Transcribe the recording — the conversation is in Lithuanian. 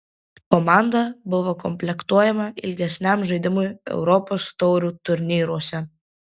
komanda buvo komplektuojama ilgesniam žaidimui europos taurių turnyruose